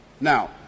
Now